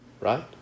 right